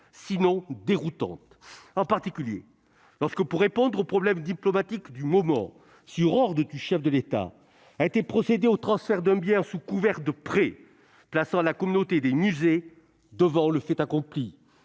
sinon déroutante, en particulier lorsque, pour répondre aux problèmes diplomatiques du moment, il a été procédé, sur ordre du chef de l'État, au transfert d'un bien sous couvert de prêt, plaçant la communauté des musées devant le fait accompli.